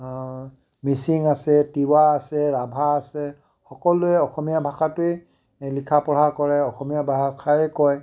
মিচিং আছে তিৱা আছে ৰাভা আছে সকলোৱে অসমীয়া ভাষাটোৱেই লিখা পঢ়া কৰে অসমীয়া ভাষাই কয়